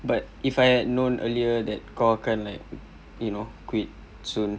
but if I had known earlier that kau akan like you know quit soon